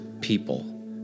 people